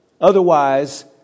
Otherwise